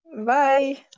bye